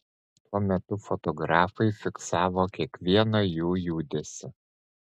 tuo metu fotografai fiksavo kiekvieną jų judesį